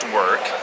work